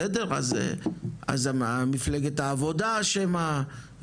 אז מפלגת העבודה אשמה,